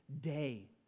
day